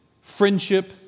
Friendship